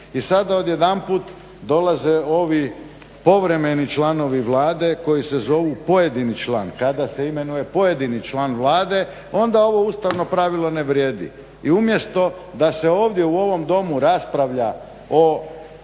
I sada odjedanput dolaze ovi povremeni članovi Vlade koji se zovu pojedini član, kada se imenuje pojedini član Vlade, onda ovo ustavno pravilo ne vrijedi. I umjesto da se ovdje u ovom Domu raspravlja o